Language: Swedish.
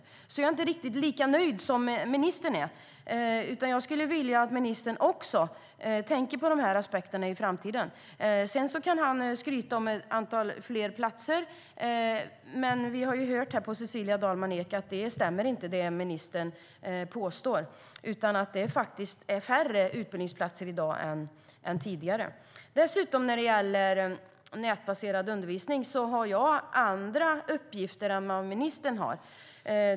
Jag är därför inte riktigt lika nöjd som ministern, utan jag skulle vilja att ministern också tänker på de här aspekterna i framtiden. Sedan kan han skryta om att antalet platser ökat. Men som vi har hört här av Cecilia Dalman Eek stämmer inte det som ministern påstår, utan det är färre utbildningsplatser i dag än tidigare. Dessutom har jag andra uppgifter än vad ministern har när det gäller nätbaserad undervisning.